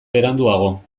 beranduago